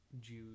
Jews